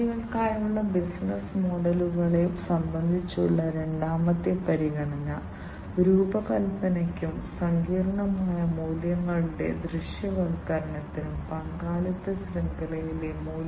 അതിനാൽ ഇവിടെ പരാമർശിച്ചിരിക്കുന്നതുപോലുള്ള വ്യത്യസ്ത ഓപ്പറേറ്റിംഗ് സിസ്റ്റങ്ങളെ പിന്തുണയ്ക്കുന്ന സെൻസറുകളും ആക്യുവേറ്ററുകളും വ്യവസായ സ്കെയിൽ ചെയ്യുന്ന വ്യത്യസ്ത സെൻസറുകളുണ്ട്